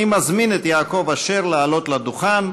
אני מזמין את יעקב אשר לעלות לדוכן.